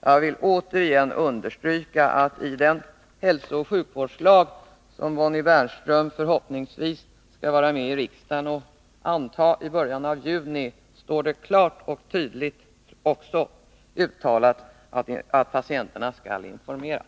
Jag vill återigen understryka att i den hälsooch sjukvårdslag som Bonnie Bernström förhoppningsvis skall vara med om att anta i riksdagen i början av juni står det klart och tydligt uttalat att patienterna skall informeras.